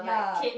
yea